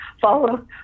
follow